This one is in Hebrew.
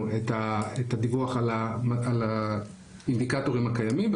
את הדיווח על האינדיקטורים הקיימים,